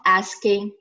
asking